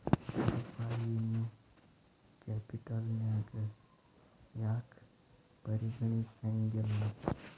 ರೂಪಾಯಿನೂ ಕ್ಯಾಪಿಟಲ್ನ್ಯಾಗ್ ಯಾಕ್ ಪರಿಗಣಿಸೆಂಗಿಲ್ಲಾ?